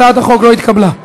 הצעת החוק לא התקבלה.